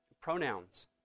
pronouns